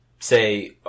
Say